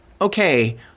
Okay